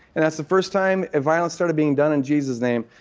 and that's the first time violence started being done in jesus' name.